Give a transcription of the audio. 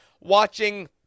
watching